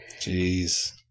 Jeez